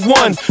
one